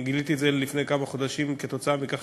גיליתי את זה לפני כמה חודשים כתוצאה מכך